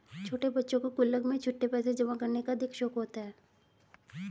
छोटे बच्चों को गुल्लक में छुट्टे पैसे जमा करने का अधिक शौक होता है